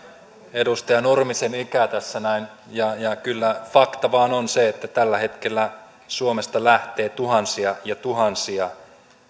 edustaja nurmisen ikä tässä näin ja ja kyllä fakta vain on se että tällä hetkellä suomesta lähtee tuhansia ja tuhansia